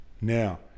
Now